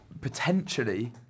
potentially